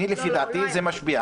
אם היה מיזוג לפי דעתי זה משפיע.